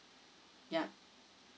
yup